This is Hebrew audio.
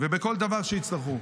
ובכל דבר שיצטרכו.